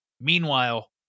Meanwhile